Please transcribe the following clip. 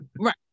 right